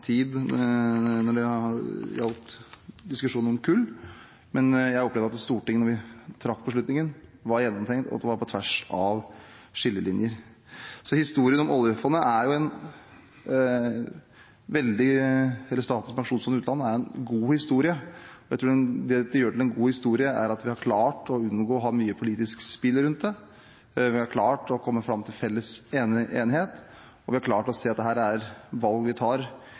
tid når det gjaldt diskusjonen om kullselskaper, men jeg opplevde at da Stortinget traff beslutningen, var dette gjennomtenkt, og det var på tvers av skillelinjer. Så historien om Statens pensjonsfond utland er en god historie, og jeg tror at det som gjør at det er en god historie, er at vi har klart å unngå å ha mye politisk spill rundt det. Vi har klart å komme fram til enighet, og vi har klart å se at dette er valg vi tar